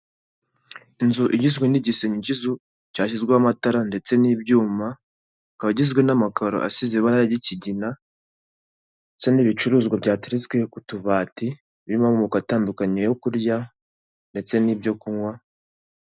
Inzu igizwe n'igisenge cy'inzu cyashyizweho amatara ndetse n'ibyuma akaba igizwe n'amakaro asize ibara ry'ikigina ndetse n'ibicuruzwa byateretswe ku tubati birimo amoko atandukanye yo kurya ndetse n'ibyo kunywa.